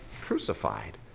crucified